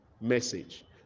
message